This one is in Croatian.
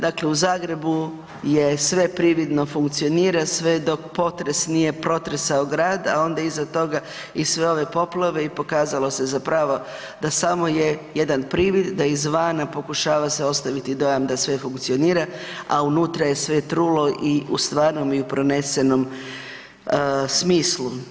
Dakle, u Zagrebu je sve prividno funkcionira sve dok potres nije protresao grad, a ona iza toga i sve ove poplave i pokazalo se zapravo da samo je jedan privid, da izvana pokušava se ostaviti dojam da sve funkcionira, a unutra je sve trulo i u stvarnom i u prenesenom smislu.